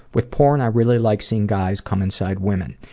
with porn, i really like seeing guys come inside women,